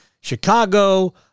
Chicago